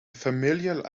familial